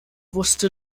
wusste